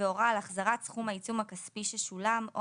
והורה על החזרת סכום העיצום הכספי ששולם או